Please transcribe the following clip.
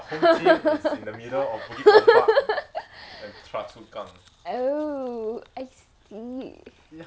oh I see